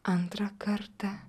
antrą kartą